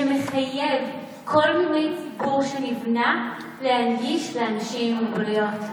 שמחייב להנגיש כל מבנה ציבור שנבנה לאנשים עם מוגבלויות.